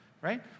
right